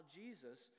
jesus